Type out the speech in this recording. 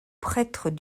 prêtres